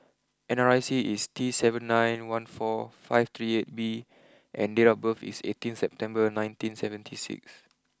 N R I C is T seven nine one four five three eight B and date of birth is eighteen September nineteen seventy six